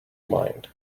mind